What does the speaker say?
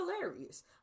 hilarious